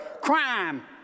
crime